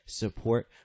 support